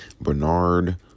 Bernard